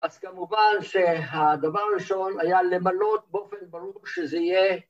‫אז כמובן שהדבר הראשון ‫היה למלא באופן ברור שזה יהיה...